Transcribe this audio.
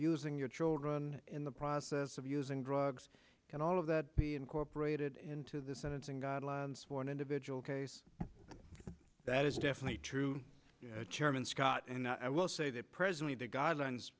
using your children in the process of using drugs and all of that be incorporated into the sentencing guidelines for an individual case that is definitely true chairman scott and i will say that presently the guidelines